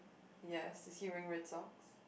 yes is he wearing red socks